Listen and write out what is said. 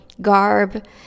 garb